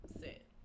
set